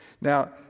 Now